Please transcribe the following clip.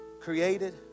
created